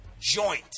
joint